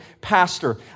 pastor